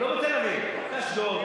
באמת, לא בתל-אביב, באשדוד.